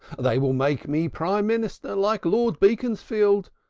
they will make me prime minister like lord beaconsfield,